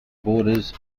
borders